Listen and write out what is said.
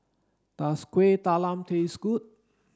does Kueh Talam taste good